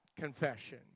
confession